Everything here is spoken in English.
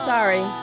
Sorry